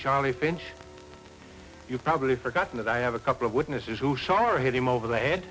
charlie finch you've probably forgotten that i have a couple of witnesses who shar hit him over the head